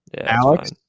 Alex